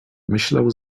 myślał